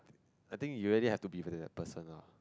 I think you already have to be that person lah